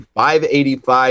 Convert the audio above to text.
585